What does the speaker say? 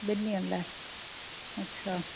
ॿिनि ॾींहनि लाइ अच्छा